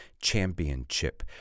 Championship